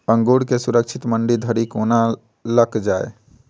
अंगूर केँ सुरक्षित मंडी धरि कोना लकऽ जाय?